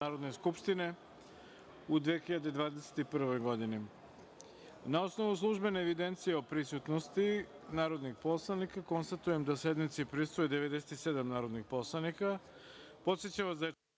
Narodne skupštine Republike Srbije u 2021.Na osnovu službene evidencije o prisutnosti narodnih poslanika, konstatujem da sednici prisustvuje 97 narodnih poslanika. Podsećam vas da je